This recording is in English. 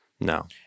No